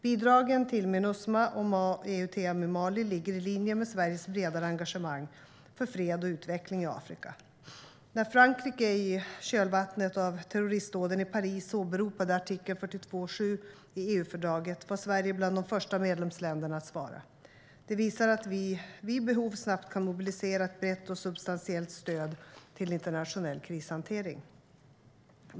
Bidragen till Minusma och EUTM Mali ligger i linje med Sveriges bredare engagemang för fred och utveckling i Afrika. När Frankrike i kölvattnet av terroristdåden i Paris åberopade artikel 42.7 i EU-fördraget var Sverige bland de första medlemsländerna att svara. Det visar att vi vid behov snabbt kan mobilisera ett brett och substantiellt stöd till internationell krishantering.